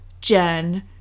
Jen